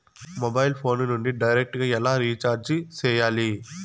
mobile phone నుండి direct గా ఎలా రీచార్జి సేయాలి